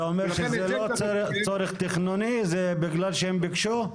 אתה אומר שזה לא צורך תכנוני, זה בגלל שהם ביקשו?